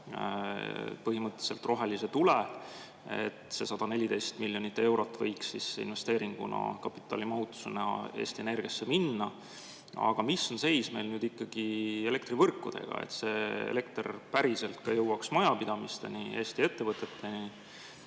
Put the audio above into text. põhimõtteliselt rohelise tule ja see 114 miljonit eurot võiks investeeringuna kapitalimahutusena Eesti Energiasse minna. Aga mis seis on ikkagi elektrivõrkudega? Kas selleks, et elekter päriselt ka jõuaks majapidamisteni ja Eesti ettevõteteni,